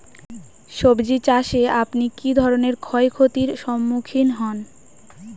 সবজী চাষে আপনি কী ধরনের ক্ষয়ক্ষতির সম্মুক্ষীণ হন?